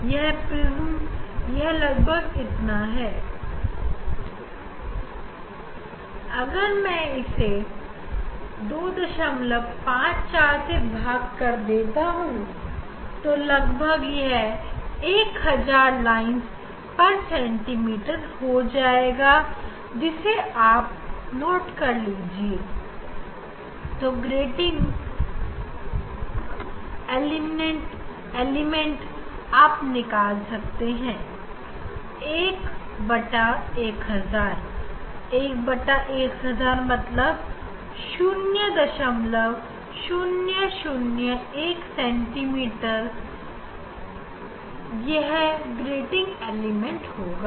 इस पर इंच को लगभग अगर मैं 254 से भाग करता हूं तो यह लगभग 1000 लाइन पर सेंटीमीटर हो जाएगा और हम ग्रेटिंग एलिमेंट इसे 1 से भाग करके निकाल सकते हैं तो ग्रेटिंग एलिमेंट 11000 मतलब 0001 सेंटीमीटर होगा